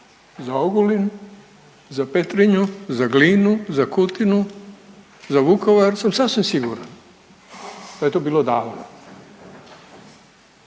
za Ogulin, za Petrinju, za Glinu, za Kutinu, za Vukovar sam sasvim siguran da je to bilo davno